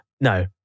no